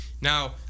Now